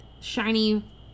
shiny